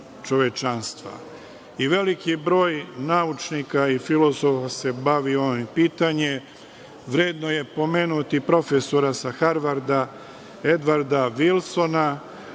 broj naučnika i filozofa se bavi ovim pitanjem. Vredno je pomenuti profesora sa Harvarda, Edvarda Vilsona,